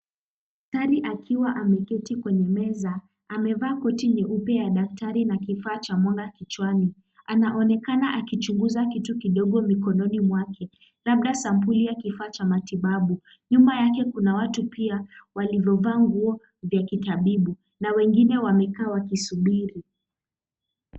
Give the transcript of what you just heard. Daktari akiwa ameketi kwenye meza, amevaa koti nyeupe ya daktari na kifaa cha mwanga kichwani. Anaonekana akichunguza kitu kidogo mikononi mwake labda sampuli ya kifaa cha matibabu. Nyuma yake kuna watu pia waliovaa nguo za kitabu. Na wengine wamekaa wakisubiri.